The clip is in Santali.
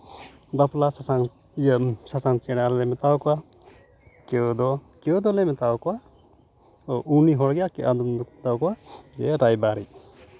ᱵᱟᱯᱞᱟ ᱥᱟᱥᱟᱝ ᱤᱭᱟᱹ ᱥᱟᱥᱟᱝ ᱪᱮᱬᱮ ᱟᱞᱮ ᱞᱮ ᱢᱮᱛᱟᱣᱟᱠᱚᱣᱟ ᱠᱮᱣ ᱫᱚ ᱠᱮᱣ ᱫᱚᱞᱮ ᱢᱮᱛᱟᱣᱟᱠᱚᱣᱟ ᱩᱱᱤ ᱦᱚᱲᱜᱮ ᱟᱫᱚᱢ ᱫᱚᱠᱚ ᱢᱮᱛᱟᱣ ᱠᱚᱣᱟ ᱨᱟᱭᱵᱟᱨᱤᱡ